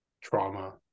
trauma